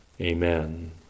amen